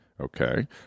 Okay